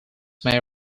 may